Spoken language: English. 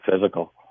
physical